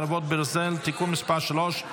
חרבות ברזל) (תיקון מס' 3),